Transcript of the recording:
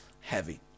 heavy